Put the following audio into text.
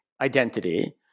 identity